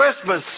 Christmas